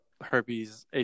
herpes